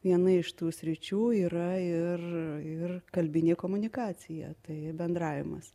viena iš tų sričių yra ir ir kalbinė komunikacija tai bendravimas